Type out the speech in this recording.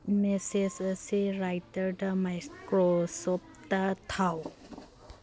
message ꯑꯁꯤ ꯔꯥꯏꯇꯔꯗ Microsoft ꯊꯥꯎ